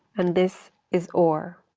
and this is or.